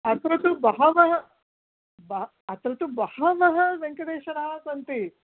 अत्र तु बहवः अत्र तु बहवः वेङ्कटेश्वराः सन्ति